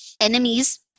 enemies